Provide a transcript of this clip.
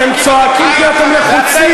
אתם צועקים כי אתם לחוצים.